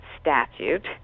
statute